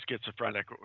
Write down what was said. schizophrenic